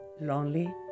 lonely